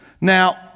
Now